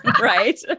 right